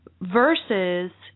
versus –